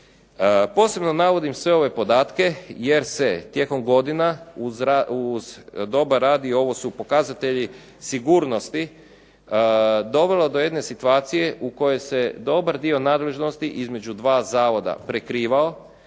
Posebno navodim sve ove podatke jer se tijekom godina uz dobar rad, i ovo su pokazatelji sigurnosti, dovelo do jedne situacije u kojoj se dobar dio nadležnosti između dva zavoda prekrivao.